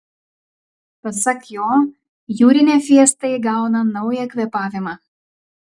pasak jo jūrinė fiesta įgauna naują kvėpavimą